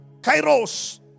kairos